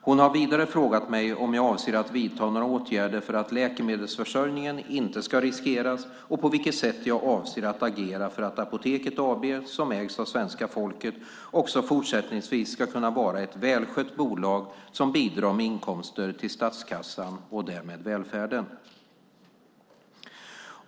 Hon har vidare frågat mig om jag avser att vidta några åtgärder för att läkemedelsförsörjningen inte ska riskeras och på vilket sätt jag avser att agera för att Apoteket AB, som ägs av svenska folket, också fortsättningsvis ska kunna vara ett välskött bolag som bidrar med inkomster till statskassan och därmed till välfärden.